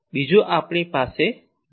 બીજો આપણી પાસે બી છે